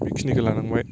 बेखिनिखौ लानांबाय